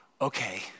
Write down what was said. Okay